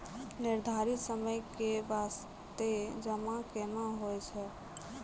निर्धारित समय के बास्ते जमा केना होय छै?